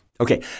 Okay